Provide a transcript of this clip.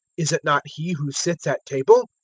is it not he who sits at table?